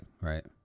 right